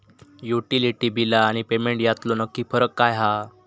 Utility बिला आणि payment यातलो नक्की फरक काय हा?